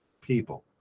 people